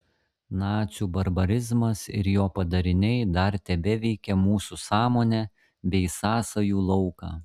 nacių barbarizmas ir jo padariniai dar tebeveikia mūsų sąmonę bei sąsajų lauką